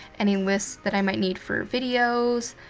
any lists that i might need for videos,